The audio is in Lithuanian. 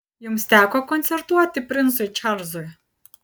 jums teko koncertuoti princui čarlzui